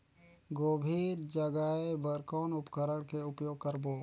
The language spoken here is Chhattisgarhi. गोभी जगाय बर कौन उपकरण के उपयोग करबो?